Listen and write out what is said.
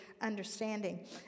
understanding